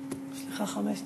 יש לך חמש דקות.